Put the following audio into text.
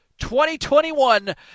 2021